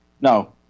No